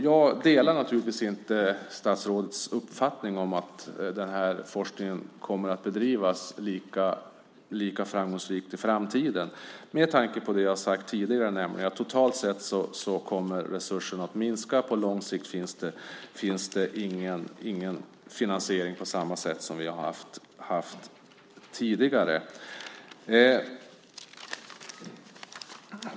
Jag delar naturligtvis inte statsrådets uppfattning att den här forskningen kommer att bedrivas lika framgångsrikt i framtiden, med tanke på det jag har sagt tidigare, nämligen att resurserna totalt sett kommer att minska och att det på lång sikt inte finns någon finansiering på samma sätt som vi har haft tidigare.